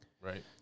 Right